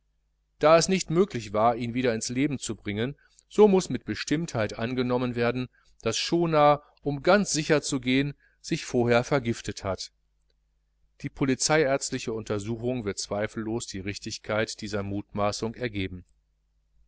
da es nicht möglich war ihn wieder ins leben zu bringen so muß mit bestimmtheit angenommen werden daß schonaar um ganz sicher zu gehen sich vorher vergiftet hat die polizeiärztliche untersuchung wird zweifellos die richtigkeit dieser mutmaßung ergeben